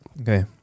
Okay